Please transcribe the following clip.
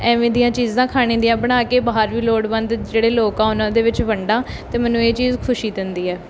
ਐਵੇਂ ਦੀਆਂ ਚੀਜ਼ਾਂ ਖਾਣੇ ਦੀਆਂ ਬਣਾ ਕੇ ਬਾਹਰ ਵੀ ਲੋੜਵੰਦ ਜਿਹੜੇ ਲੋਕ ਆ ਉਹਨਾਂ ਦੇ ਵਿੱਚ ਵੰਡਾਂ ਅਤੇ ਮੈਨੂੰ ਇਹ ਚੀਜ਼ ਖੁਸ਼ੀ ਦਿੰਦੀ ਹੈ